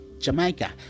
Jamaica